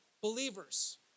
believers